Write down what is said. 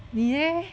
你 leh